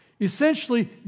Essentially